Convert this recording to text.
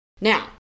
Now